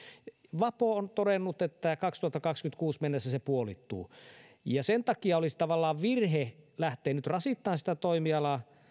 vapo on todennut että kaksituhattakaksikymmentäkuusi mennessä se puolittuu sen takia olisi tavallaan virhe lähteä nyt rasittamaan sitä toimialaa